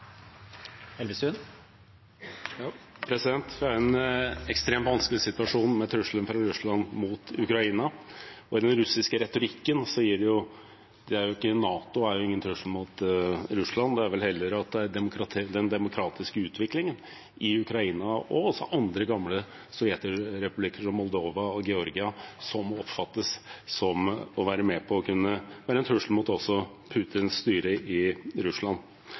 er en ekstremt vanskelig situasjon med trusselen fra Russland mot Ukraina. I den russiske retorikken er jo ikke NATO noen trussel mot Russland. Det er vel heller at det er den demokratiske utviklingen i Ukraina, og også andre gamle sovjetrepublikker, som Moldova og Georgia, som oppfattes å kunne være en trussel mot Putins styre i Russland.